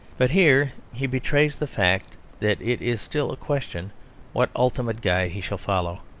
but here he betrays the fact that it is still a question what ultimate guide he shall follow.